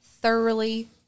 thoroughly